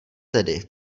tedy